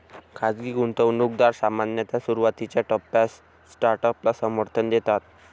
खाजगी गुंतवणूकदार सामान्यतः सुरुवातीच्या टप्प्यात स्टार्टअपला समर्थन देतात